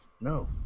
no